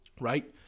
Right